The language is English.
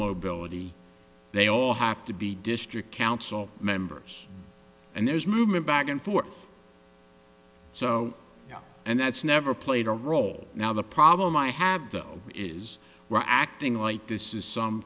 mobility they are to be district council members and there's movement back and forth so and that's never played a role now the problem i have though is we're acting like this is some